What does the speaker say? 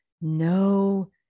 no